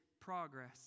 progress